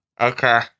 okay